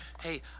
hey